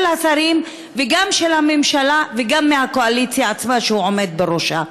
השרים וגם של הממשלה וגם מהקואליציה עצמה שהוא עומד בראשה.